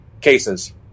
cases